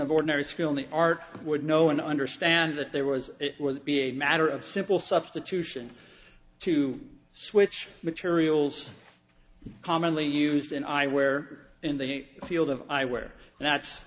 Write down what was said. of ordinary skill in the art would know and understand that there was it was be a matter of simple substitution to switch materials commonly used and i where in the field of ai where that's